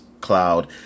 Cloud